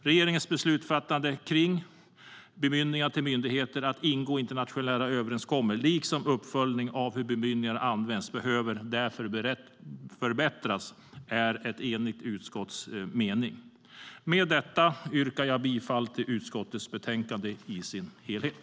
Regeringens beslutsfattande kring bemyndiganden till myndigheter att ingå internationella överenskommelser liksom uppföljning av hur bemyndigandena används behöver därför förbättras. Det är det eniga utskottets mening. Med detta yrkar jag på godkännande av utskottets anmälan i dess helhet.